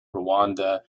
rwanda